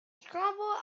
scrambled